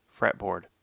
Fretboard